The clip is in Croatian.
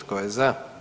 Tko je za?